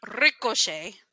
Ricochet